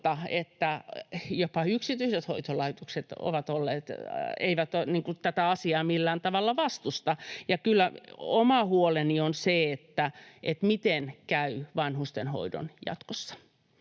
edes yksityiset hoitolaitokset eivät tätä hoitajamitoitusta millään tavalla vastusta. Kyllä oma huoleni on se, että miten käy vanhustenhoidon jatkossa.